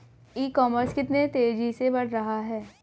ई commerce कितनी तेजी से बढ़ रहा है?